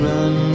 Run